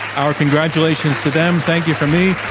our congratulations to them. thank you from me,